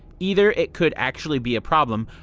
either it could actually be a problem,